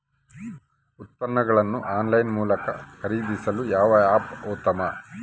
ಉತ್ಪನ್ನಗಳನ್ನು ಆನ್ಲೈನ್ ಮೂಲಕ ಖರೇದಿಸಲು ಯಾವ ಆ್ಯಪ್ ಉತ್ತಮ?